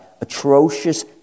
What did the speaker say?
atrocious